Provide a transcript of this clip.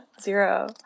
Zero